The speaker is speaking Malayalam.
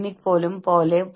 ഒരു പഞ്ചിംഗ് റൂം ഉണ്ടാകാം